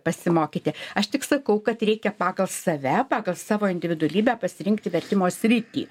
pasimokyti aš tik sakau kad reikia pagal save pagal savo individualybę pasirinkti vertimo sritį